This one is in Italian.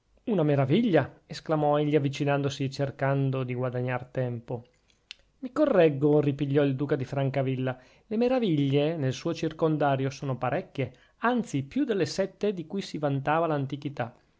una meraviglia esclamò egli avvicinandosi e cercando di guadagnar tempo mi correggo ripigliò il duca di francavilla le meraviglie nel suo circondario sono parecchie anzi più delle sette di cui si vantava l'antichità